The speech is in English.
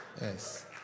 Yes